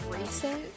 recent